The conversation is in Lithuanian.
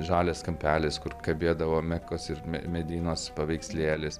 žalias kampelis kur kabėdavo mekos ir medeinos paveikslėlis